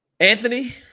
Anthony